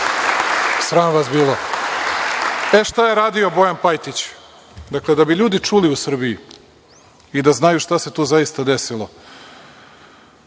Sram vas bilo.E, šta je radio Bojan Pajtić? Da bi ljudi čuli u Srbiji i da znaju šta se to zaista desilo.